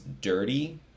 dirty